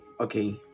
okay